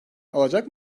alacak